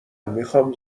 میخام